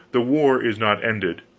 the war is not ended.